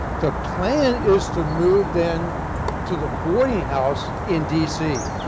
the plan is to move then to the boarding house in d. c.